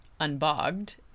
unbogged